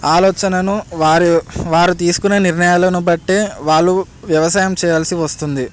ఆలోచనను వారి వారు తీసుకునే నిర్ణయాలను బట్టి వాళ్ళు వ్యవసాయం చేయాల్సి వస్తుంది